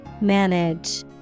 Manage